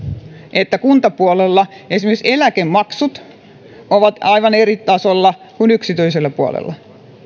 että kuntapuolella esimerkiksi eläkemaksut ovat jo tällä hetkellä aivan eri tasolla kuin yksityisellä puolella